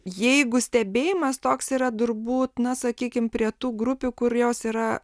jeigu stebėjimas toks yra turbūt na sakykim prie tų grupių kur jos yra